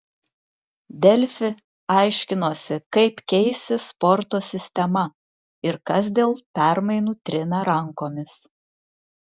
delfi aiškinosi kaip keisis sporto sistema ir kas dėl permainų trina rankomis